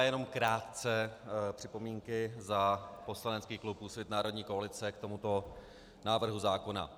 Jenom krátce připomínky za poslanecký klub Úsvit Národní koalice k tomuto návrhu zákona.